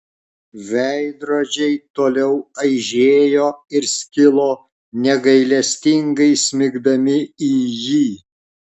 veidrodžiai toliau aižėjo ir skilo negailestingai smigdami į jį